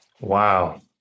Wow